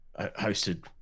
hosted